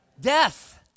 death